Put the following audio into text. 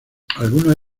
algunos